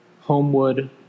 Homewood